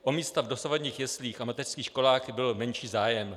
O místa v dosavadních jeslích a mateřských školách byl menší zájem.